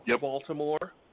Baltimore